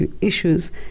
issues